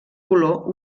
color